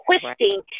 twisting